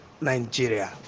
Nigeria